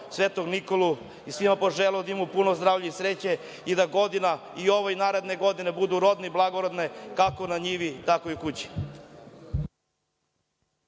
Svetog Nikolu i svima poželeo da imamo puno zdravlja i sreće i da godina i ova naredna godina bude rodna i blagorodna, kako na njivi, tako i kući.